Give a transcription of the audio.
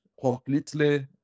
completely